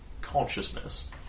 consciousness